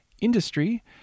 industry